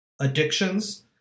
addictions